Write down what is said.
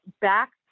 back